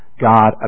God